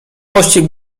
pościg